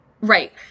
right